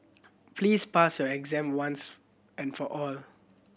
please pass your exam once and for all